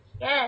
Yes